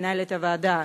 מנהלת הוועדה,